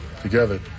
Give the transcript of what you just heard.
together